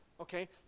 Okay